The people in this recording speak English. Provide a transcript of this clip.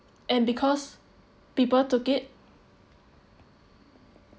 and because people take it